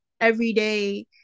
everyday